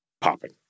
popping